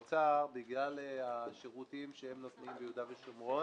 אדום ובין משרד האוצר בגלל השירותים שהם נותנים ביהודה ושומרון